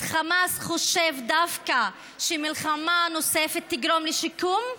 אז חמאס חושב דווקא שמלחמה נוספת תגרום לשיקום?